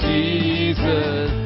Jesus